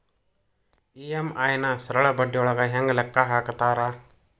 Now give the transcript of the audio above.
EMI ನ ಸರಳ ಬಡ್ಡಿಯೊಳಗ ಹೆಂಗ ಲೆಕ್ಕ ಹಾಕತಾರಾ